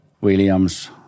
Williams